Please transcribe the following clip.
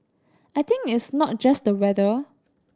I think it's not just the weather